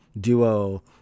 Duo